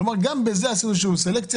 כלומר גם בזה עשינו איזה שהיא סלקציה